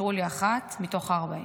אישרו לי אחת מתוך ה-40.